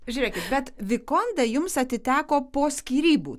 žiūrėkit bet vikonda jums atiteko po skyrybų